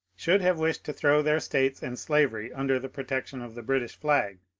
should have wished to throw their states and slavery under the protection of the british flag,